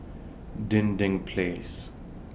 Dinding Place